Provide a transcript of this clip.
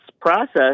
process